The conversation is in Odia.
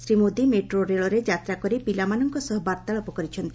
ଶ୍ରୀ ମୋଦି ମେଟ୍ରୋ ରେଳରେ ଯାତ୍ରା କରି ପିଲାମାନଙ୍କ ସହ ବାର୍ତ୍ତାଳାପ କରିଛନ୍ତି